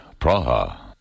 Praha